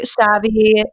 savvy